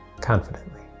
confidently